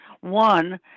One